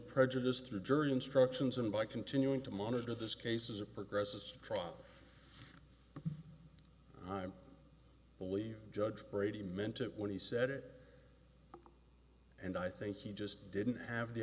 prejudice to a jury instructions and by continuing to monitor this cases of progress it's trial time believe judge brady meant it when he said it and i think he just didn't have the